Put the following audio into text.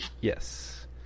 Yes